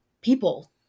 people